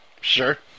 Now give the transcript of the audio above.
Sure